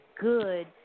good